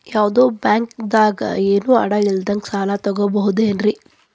ಯಾವ್ದೋ ಬ್ಯಾಂಕ್ ದಾಗ ಏನು ಅಡ ಇಲ್ಲದಂಗ ಸಾಲ ತಗೋಬಹುದೇನ್ರಿ?